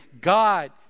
God